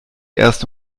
erst